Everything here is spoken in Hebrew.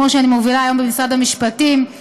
כמו שאני מובילה היום במשרד המשפטים,